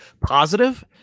positive